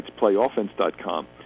playoffense.com